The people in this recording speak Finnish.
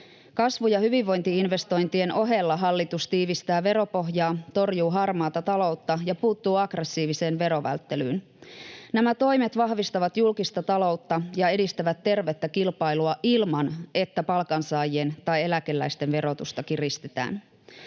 Kasvu- ja hyvinvointi-investointien ohella hallitus tiivistää veropohjaa, torjuu harmaata taloutta ja puuttuu aggressiiviseen verovälttelyyn. Nämä toimet vahvistavat julkista taloutta ja edistävät tervettä kilpailua ilman, että palkansaajien tai eläkeläisten verotusta kiristetään.